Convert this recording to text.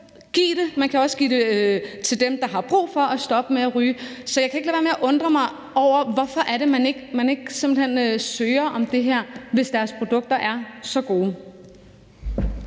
Man kan give det til dem, der har brug for at stoppe med at ryge. Så jeg kan simpelt hen ikke lade være med at undre mig over, hvorfor det er, de ikke søger om det her, hvis deres produkter er så gode.